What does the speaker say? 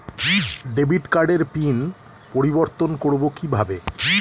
Debit কার্ডের pin পরিবর্তন করবো কীভাবে?